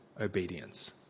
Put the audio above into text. obedience